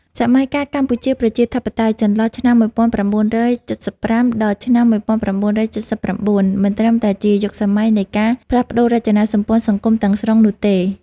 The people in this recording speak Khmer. សម័យកាលកម្ពុជាប្រជាធិបតេយ្យ ចន្លោះឆ្នាំ ១៩៧៥ ដល់ឆ្នាំ ១៩៧៩ មិនត្រឹមតែជាយុគសម័យនៃការផ្លាស់ប្តូររចនាសម្ព័ន្ធសង្គមទាំងស្រុងនោះទេ។